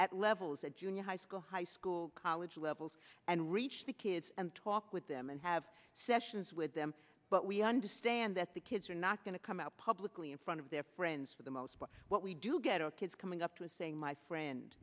at levels a junior high school high school college level and reach the kids and talk with them and have sessions with them but we understand that the kids are not going to come out publicly in front of their friends for the most part what we do get our kids coming up to a saying my friend